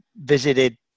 visited